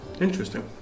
Interesting